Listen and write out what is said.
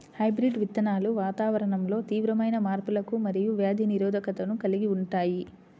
hybrid విత్తనాలు వాతావరణంలో తీవ్రమైన మార్పులకు మరియు వ్యాధి నిరోధకతను కలిగి ఉంటాయి